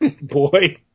Boy